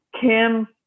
Kim